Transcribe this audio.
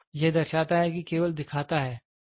तो यह दर्शाता है कि यह केवल दिखाता है